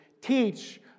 teach